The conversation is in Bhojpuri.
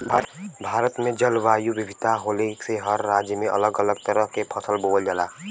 भारत में जलवायु विविधता होले से हर राज्य में अलग अलग तरह के फसल बोवल जाला